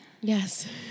Yes